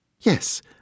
Yes